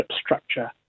structure